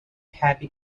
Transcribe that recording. happy